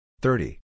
thirty